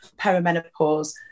perimenopause